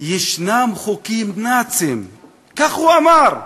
יש חוקים נאציים, כך הוא אמר,